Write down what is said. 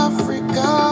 Africa